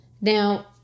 Now